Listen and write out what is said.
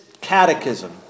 catechism